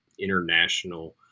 international